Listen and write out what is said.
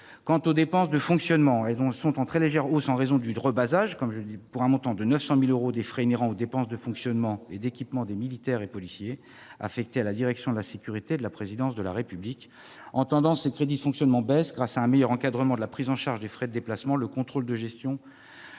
Quant aux dépenses de fonctionnement, elles sont en très légère hausse en raison du « rebasage » que j'ai précédemment évoqué, pour un montant de 900 000 euros, des frais inhérents aux dépenses de fonctionnement et d'équipement des militaires et policiers affectés à la direction de la sécurité de la présidence de la République. Tendanciellement, ces crédits de fonctionnement baissent grâce à un meilleur encadrement de la prise en charge des frais de déplacement, au contrôle de gestion,